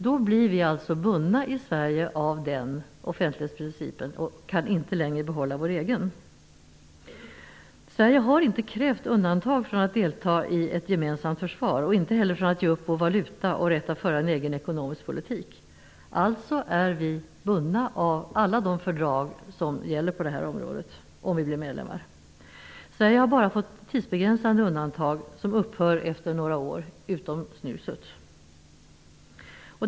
Då skulle vi i Sverige bli bundna av den offentlighetsprincip som anges i denna lag och kan inte längre behålla vår egen. Vi har inte krävt undantag från att delta i ett gemensamt försvar och inte heller från att ge upp vår valuta och rätt att föra en egen ekonomisk politik. Alltså är vi bundna av alla de fördrag som gäller på dessa områden om vi blir medlemmar. Vi har bara fått tidsbegränsade undantag, som upphör efter några år -- utom snuset.